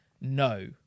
no